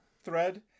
thread